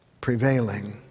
prevailing